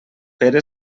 pere